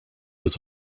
was